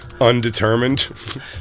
undetermined